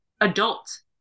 adult